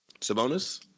Sabonis